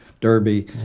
Derby